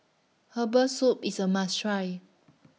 Herbal Soup IS A must Try